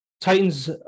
Titans